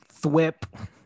Thwip